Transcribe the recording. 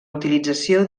utilització